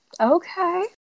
Okay